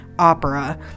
opera